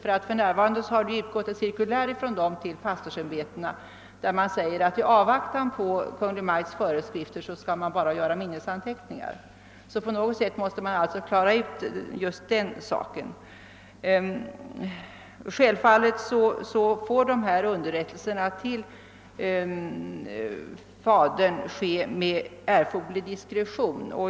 Nämnden har nämligen skickat ut ett cirkulär till pastorsämbetena, i vilket det sägs att dessa i avvaktan på föreskrifter från Kungl. Maj:t bara skall göra minnesanteckningar. På något sätt måste den här saken klaras ut. Självfallet får dessa underrättelser till fadern ske med erforderlig diskretion.